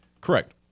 Correct